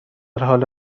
حال